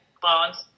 Clones